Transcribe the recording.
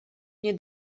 nie